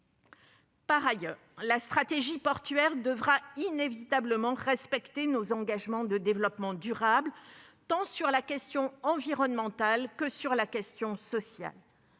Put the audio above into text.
Par ailleurs, la stratégie portuaire devra inévitablement respecter nos engagements de développement durable, tant sur la question environnementale que sur la question sociale.